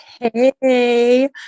Hey